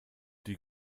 die